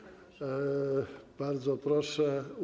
Bardzo proszę.